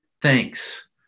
thanks